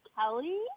Kelly